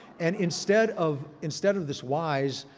and instead of instead of this wise,